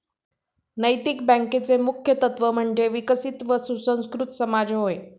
नैतिक बँकेचे मुख्य तत्त्व म्हणजे विकसित व सुसंस्कृत समाज होय